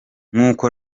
nk’uko